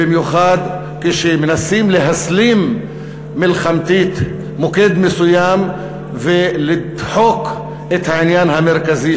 במיוחד כשמנסים להסלים מלחמתית מוקד מסוים ולדחוק את העניין המרכזי,